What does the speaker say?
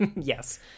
yes